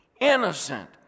innocent